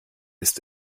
ist